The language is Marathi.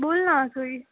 बोल ना जुई